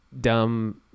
dumb